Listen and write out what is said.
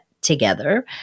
together